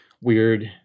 weird